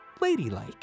ladylike